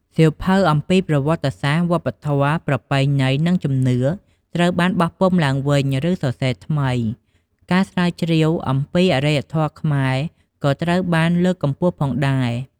សៀវភៅអំពីប្រវត្តិសាស្ត្រ វប្បធម៌ ប្រពៃណី និងជំនឿ ត្រូវបានបោះពុម្ពឡើងវិញ ឬសរសេរថ្មី ការស្រាវជ្រាវអំពីអរិយធម៌ខ្មែរក៏ត្រូវបានលើកកម្ពស់ផងដែរ។